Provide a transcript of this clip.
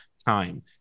Time